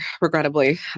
regrettably